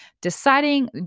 deciding